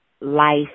life